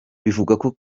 bivugwa